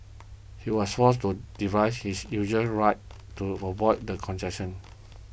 he was forced to divide his usual write to avoid the congestion